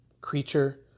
creature